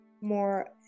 more